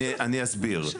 אני אסביר.